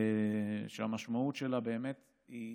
והמשמעות שלה באמת היא